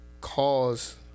cause